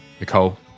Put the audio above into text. Nicole